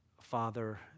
father